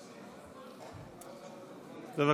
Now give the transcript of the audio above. בבקשה.